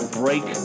break